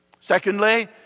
Secondly